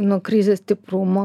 nuo krizės stiprumo